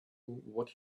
what